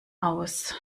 aus